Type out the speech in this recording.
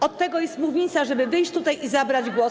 Od tego jest mównica, żeby wyjść tutaj i zabrać głos.